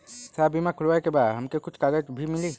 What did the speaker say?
साहब बीमा खुलले के बाद हमके कुछ कागज भी मिली?